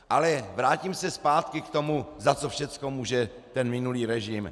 Ale vrátím se zpátky k tomu, za co všechno může minulý režim.